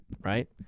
right